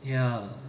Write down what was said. ya